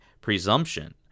presumption